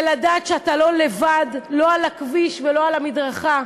לדעת שאתה לא לבד, לא על הכביש ולא על המדרכה.